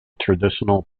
traditional